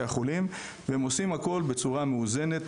החולים והם עושים הכול בצורה מאוזנת,